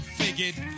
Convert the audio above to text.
figured